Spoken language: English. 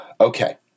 Okay